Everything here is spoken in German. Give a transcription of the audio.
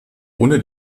ohne